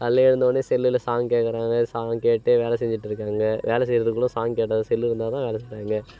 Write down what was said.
காலைல எழுந்தொன்னே செல்லில் சாங்க் கேட்கறாங்க சாங்கை கேட்டே வேலை செஞ்சுட்டு இருக்காங்க வேலை செய்கிறதுக்கு கூட சாங்க் கேட்டால் தான் செல்லு இருந்தால் தான் வேலை செய்யுறாங்க